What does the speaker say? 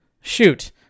shoot